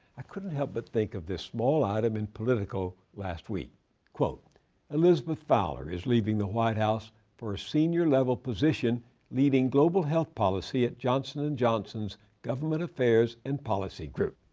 i couldn't help but think of this small item in politico last week elizabeth fowler is leaving the white house for a senior-level position leading global health policy at johnson and johnson's government affairs and policy group.